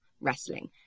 wrestling